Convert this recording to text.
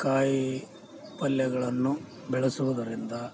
ಕಾಯಿ ಪಲ್ಯಗಳನ್ನು ಬೆಳೆಸುವುದರಿಂದ